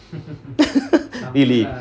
really